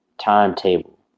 timetable